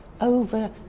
over